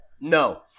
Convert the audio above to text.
No